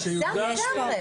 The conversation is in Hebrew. זה מוגזם לגמרי.